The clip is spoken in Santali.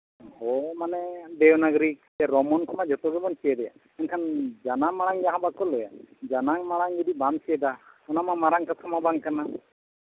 ᱦᱳᱭ ᱢᱟᱱᱮ ᱰᱮᱵᱽᱱᱟᱜᱽᱨᱤ ᱨᱳᱢᱟᱱ ᱠᱚᱢᱟ ᱡᱚᱛᱚ ᱜᱮᱵᱚᱱ ᱪᱮᱫ ᱮᱜᱼᱟ ᱢᱮᱱᱠᱷᱟᱱ ᱡᱟᱱᱟᱢ ᱟᱲᱟᱝ ᱡᱟᱦᱟᱸ ᱵᱟᱠᱚ ᱞᱟᱹᱭᱟ ᱡᱟᱱᱟᱢ ᱟᱲᱟᱝ ᱡᱩᱫᱤ ᱵᱟᱢ ᱪᱮᱫᱟ ᱚᱱᱟ ᱢᱟ ᱢᱟᱨᱟᱝ ᱠᱟᱛᱷᱟ ᱢᱟ ᱵᱟᱝ ᱠᱟᱱᱟ